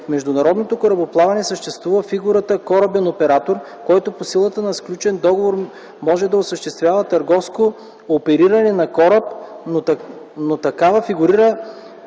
В международното корабоплаване съществува фигурата „корабен оператор”, който по силата на сключен договор може да осъществява търговско опериране на кораб, но такава фигура